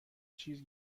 چیز